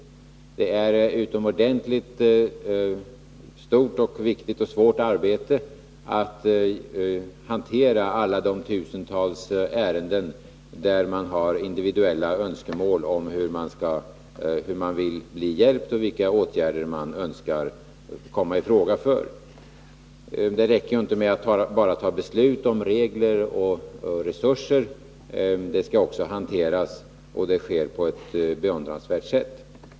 Det är ett utomordentligt stort, viktigt och svårt arbete att hantera alla de tusentals ärenden, där man har individuella önskemål om hur man vill bli hjälpt och vilka åtgärder man önskar komma i fråga för. Det räcker ju inte med att ta beslut om regler och resurser. Ärendena skall också hanteras, och det sker på ett beundransvärt sätt.